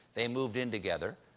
they moved in together,